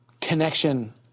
connection